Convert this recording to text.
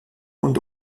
und